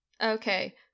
okay